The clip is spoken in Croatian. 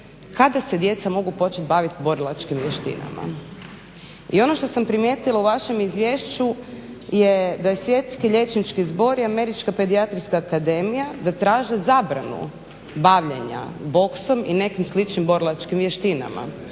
kada se djeca mogu baviti borilačkim vještinama. I ono što sam primijetila u vašem izvješću je da je Svjetski liječnički zbor i američka pedijatrijska akademija da traže zabranu bavljenja boksom i nekim sličnim borilačkim vještinama